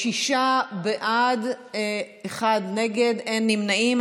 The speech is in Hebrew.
שישה בעד, אחד נגד, אין נמנעים.